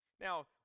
Now